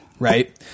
Right